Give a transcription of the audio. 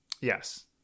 Yes